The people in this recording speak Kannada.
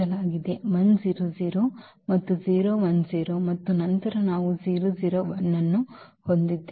ಅನ್ನು ಹೊಂದಿದ್ದೇವೆ